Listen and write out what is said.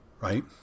Right